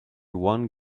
one